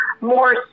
more